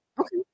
Okay